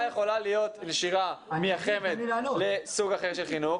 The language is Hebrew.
יכולה להיות נשירה מהחמ"ד לסוג אחר של חינוך,